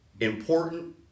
important